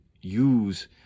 use